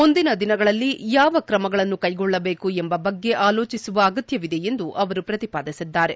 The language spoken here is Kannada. ಮುಂದಿನ ದಿನಗಳಲ್ಲಿ ಯಾವ ಕ್ರಮಗಳನ್ನು ಕೈಗೊಳ್ಳಬೇಕು ಎಂಬ ಬಗ್ಗೆ ಆಲೋಚಿಸುವ ಅಗತ್ಯವಿದೆ ಎಂದು ಅವರು ಪ್ರತಿಪಾದಿಸಿದ್ದಾರೆ